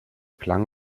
klang